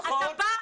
נכון.